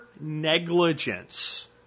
negligence